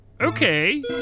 Okay